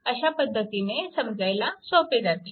अशा पद्धतीने समजायला सोपे जाते